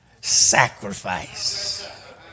sacrifice